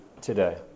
today